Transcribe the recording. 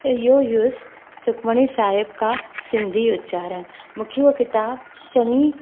इहो ई हुअसि सुखमणी साहिब का सिंधी उचारणु मूंखे उहा किताबु चङी